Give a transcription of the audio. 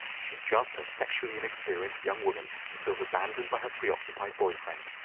she's just a sexually inexperienced young woman who feels abandoned by her preoccupied boyfriend.